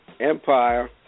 Empire